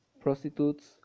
prostitutes